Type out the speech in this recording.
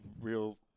real